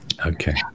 Okay